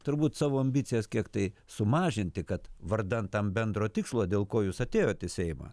turbūt savo ambicijas kiek tai sumažinti kad vardan bendro tikslo dėl ko jūs atėjot į seimą